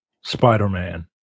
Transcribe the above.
spider-man